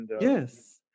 Yes